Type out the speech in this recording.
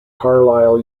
carlisle